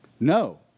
No